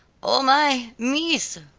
oh, my! mees,